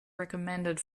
recommended